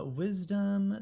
wisdom